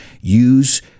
use